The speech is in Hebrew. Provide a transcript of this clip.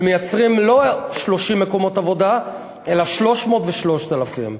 שמייצרים לא 30 מקומות עבודה אלא 300 ו-3,000.